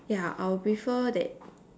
ya I'll prefer that